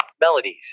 melodies